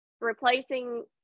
replacing